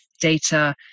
data